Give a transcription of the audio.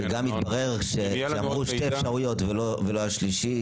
אמרו שיש שתי אפשרויות ולא השלישי.